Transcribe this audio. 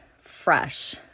fresh